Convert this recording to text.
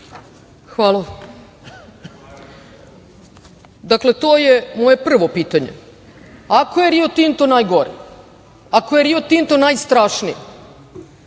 Hvala. Dakle, to je moje prvo pitanje - ako je "Rio Tinto" najgori, ako je "Rio Tinto" najstrašniji,